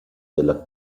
della